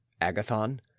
agathon